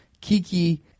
Kiki